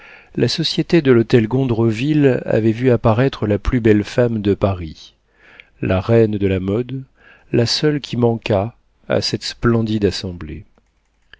la société de l'hôtel gondreville avait vu apparaître la plus belle femme de paris la reine de la mode la seule qui manquât à cette splendide assemblée